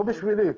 לא בשבילי,